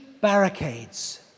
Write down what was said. barricades